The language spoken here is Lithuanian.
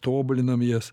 tobulinam jas